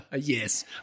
Yes